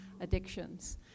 addictions